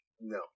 No